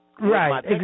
Right